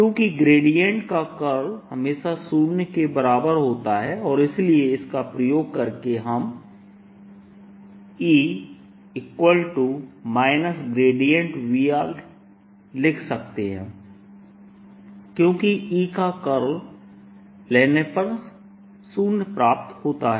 क्योंकि ग्रेडिएंट का कर्ल हमेशा शून्य के बराबर होता है और इसीलिए इसका प्रयोग करके हम E V लिख सकते हैं क्योंकि E का कर्ल लेने पर शून्य प्राप्त होता है